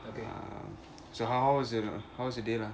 um so how's err how's your day lah